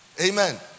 Amen